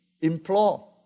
implore